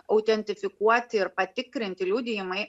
autentifikuoti ir patikrinti liudijimai